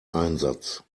einsatz